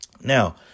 Now